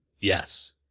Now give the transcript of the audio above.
Yes